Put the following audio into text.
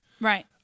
right